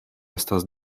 estas